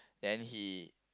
then he